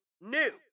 New